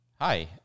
hi